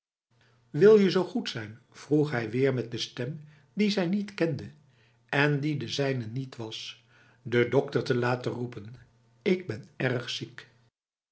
wil je zo goed zijn vroeg hij weer met de stem die zij niet kende en die de zijne niet was de dokter te laten roepen ik ben erg ziek